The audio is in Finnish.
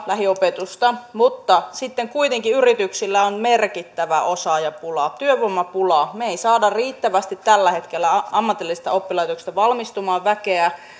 lähiopetusta mutta sitten kuitenkin yrityksillä on merkittävä osaajapula työvoimapula me emme saa riittävästi tällä hetkellä ammatillisista oppilaitoksista valmistumaan väkeä